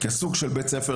כסוג של בית ספר